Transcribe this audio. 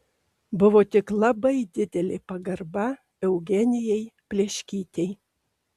buvo tik labai didelė pagarba eugenijai pleškytei